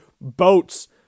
boats